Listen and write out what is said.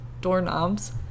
doorknobs